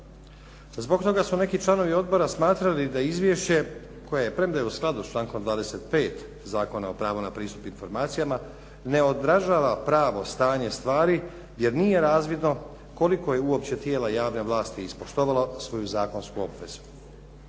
Zbog toga su neki članovi odbora smatrali da izvješće koje premda je u skladu sa člankom 25. Zakona o pravu na pristup informacijama ne odražava pravo stanje stvari jer nije razvidno koliko je uopće tijela javne vlasti ispoštovalo svoju zakonsku obvezu.